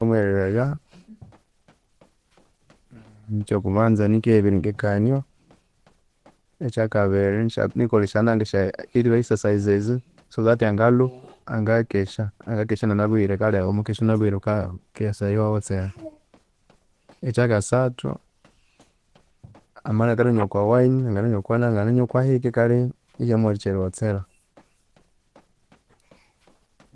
Wukamughereraya ekyokubanza nikebirengekanio, ekyakabiri nisya nikolha esyananga physical excersises so that angalhuha angayakesya angakesya inanalhuhire ahu wamakesya iwunalhuhire wukisaya waghotsera. Ekyakasathu amabya inakananywa okwawine angananywa okwananga angananywa kwahike kale ihyamuwathikya erighotsera